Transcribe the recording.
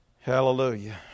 Hallelujah